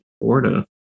Florida